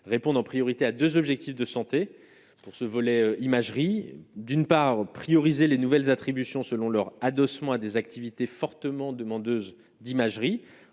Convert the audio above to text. répondre en priorité à 2 objectifs de santé pour ce volet imagerie : d'une part, prioriser les nouvelles attributions selon leur adossement à des activités fortement demandeuses d'imagerie